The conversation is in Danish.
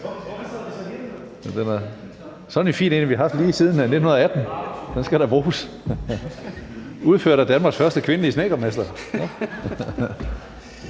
den har vi haft lige siden 1918. Den skal da bruges. Den er udført af Danmarks første kvindelige snedkermester.